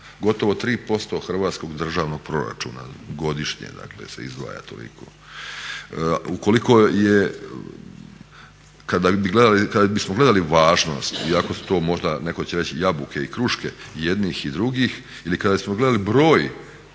gotovo 3% hrvatskog državnog proračuna godišnje se izdvaja. Kada bismo gledali važnost, iako su to možda netko će reći jabuke i kruške, jednih i drugih, ili kada bismo gledali broj